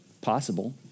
Possible